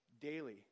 daily